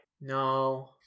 no